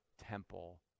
temple